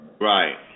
Right